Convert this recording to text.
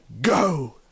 go